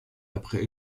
après